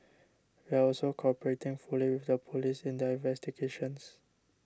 we are also cooperating fully with the police in their investigations